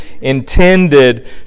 intended